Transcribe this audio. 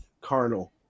carnal